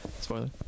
Spoiler